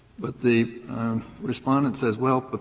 but the respondent says well, but